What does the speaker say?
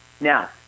Now